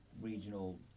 regional